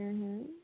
ও